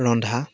ৰন্ধা